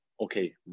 Okay